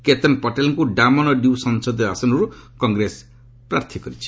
କେତନ ପଟେଲଙ୍କୁ ଡାମନ ଓ ଡିଉ ସଂସଦୀୟ ଆସନରୁ କଂଗ୍ରେସ ପ୍ରାର୍ଥୀ କରିଛି